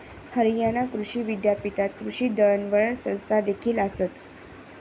हरियाणा कृषी विद्यापीठात कृषी दळणवळण संस्थादेखील आसत